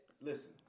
listen